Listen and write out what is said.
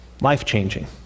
Life-changing